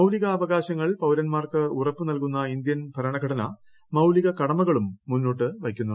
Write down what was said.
മൌലികാവകാശങ്ങൾ പൌരന്മാർക്ക് ഉറപ്പു നൽകുന്ന ഇന്ത്യൻ ഭരണഘടന മൌലിക കടമകളും മുന്നോട്ട് വയ്ക്കുന്നു